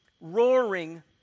roaring